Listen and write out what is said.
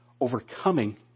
Overcoming